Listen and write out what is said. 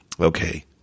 Okay